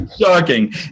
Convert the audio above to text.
Shocking